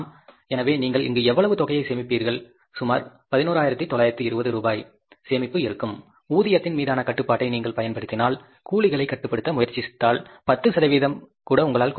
எனவே நீங்கள் இங்கு எவ்வளவு தொகையைச் சேமிப்பீர்கள் சுமார் 11920 ரூபாய் சேமிப்பு இருக்கும் ஊதியத்தின் மீதான கட்டுப்பாட்டை நீங்கள் பயன்படுத்தினால் கூலிகளை கட்டுப்படுத்த முயற்சித்தால் 10 சதவிகிதம் கூட உங்களால் குறைக்கமுடியும்